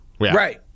Right